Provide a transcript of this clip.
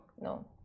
No